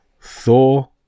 Thor